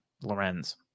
Lorenz